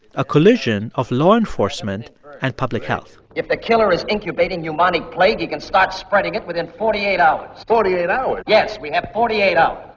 a collision of law enforcement and public health if the killer is incubating pneumonic plague, he can start spreading it within forty eight hours forty-eight hours? yes, we have forty eight hours.